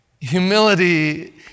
Humility